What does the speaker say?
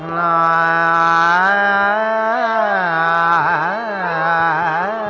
a i